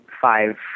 five